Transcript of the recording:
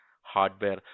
hardware